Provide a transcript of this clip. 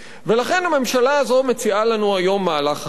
ולכן הממשלה הזאת מציעה לנו היום מהלך אחר.